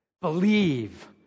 Believe